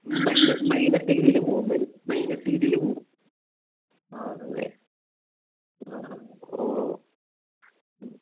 ഈ മൈനസ് ഡിഗ്രിയില് പോകുമോ മൈനസ് ഡിഗ്രിയില് പോകുമോ ആണല്ലേ ആ ഹാ ഒ ഓ മ്മ്